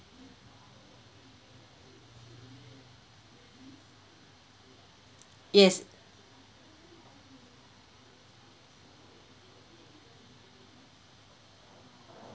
yes